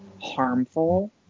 harmful